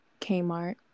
Kmart